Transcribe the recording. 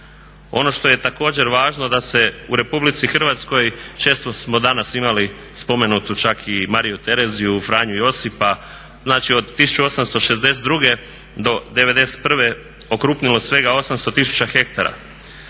Ono što je također važno da se u RH često smo danas imali spomenutu čak i Mariju Tereziju, Franju Josipa, znači od 1862.do '91.okrupnilo svega 800 tisuća hektara,